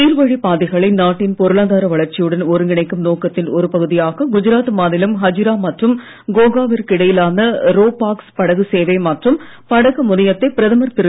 நீர்வழிப் பாதைகளை நாட்டின் பொருளாதார வளர்ச்சியுடன் ஒருங்கிணைக்கும் நோக்கத்தின் ஒரு பகுதியாக குஜராத் மாநிலம் ஹஜிரா மற்றும் கோகா விற்கு இடையிலான ரோ பாக்ஸ் படகு சேவை மற்றும் படகு முனையத்தை பிரதமர் திரு